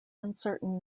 uncertain